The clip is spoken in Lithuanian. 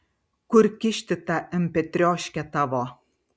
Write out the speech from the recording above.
kur kišti tą empėtrioškę tavo